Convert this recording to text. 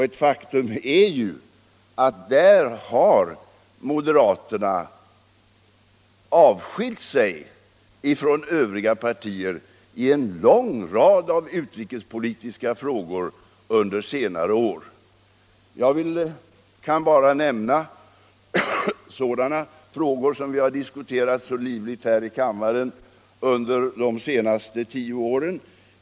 Ett faktum är ju att moderaterna avskiljt sig från övriga partier i en lång rad av utrikespolitiska frågor under senare år. Jag kan nämna sådana frågor som vi har diskuterat livligt här i kammaren under de senaste tio åren.